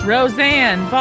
Roseanne